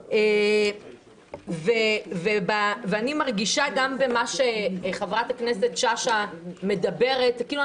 וגם במה שחברת הכנסת שאשא מדברת אני